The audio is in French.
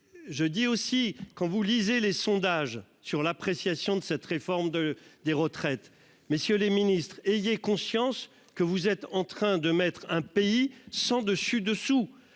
je dis aussi quand vous lisez les sondages sur l'appréciation de cette réforme de des retraites. Messieurs les Ministres ayez conscience que vous êtes en train de mettre un pays sens dessus dessous.